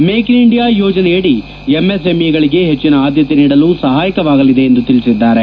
make in India ಯೋಜನೆಯಡಿ ಎಂಎಸ್ಎಂಇಗಳಿಗೆ ಹೆಚ್ಚಿನ ಆದ್ಯತೆ ನೀಡಲು ಸಹಾಯಕವಾಗಲಿದೆ ಎಂದು ತಿಳಿಸಿದ್ದಾರೆ